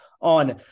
On